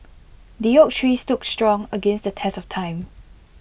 the oak tree stood strong against the test of time